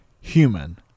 human